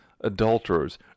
adulterers